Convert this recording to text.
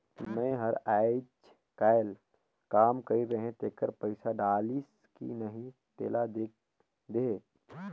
मै हर अईचकायल काम कइर रहें तेकर पइसा डलाईस कि नहीं तेला देख देहे?